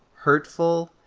hurtful,